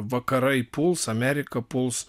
vakarai puls amerika puls